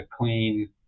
clean